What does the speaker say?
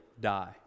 die